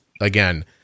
again